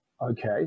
okay